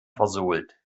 versohlt